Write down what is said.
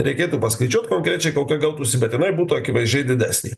reikėtų paskaičiuot konkrečiai kokia gautųsi bet jinai būtų akivaizdžiai didesnė